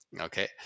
okay